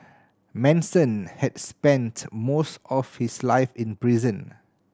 Manson had spent most of his life in prison